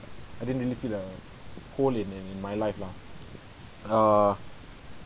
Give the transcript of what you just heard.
I didn't really feel uh hole in in in my life lah err